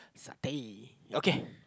satay okay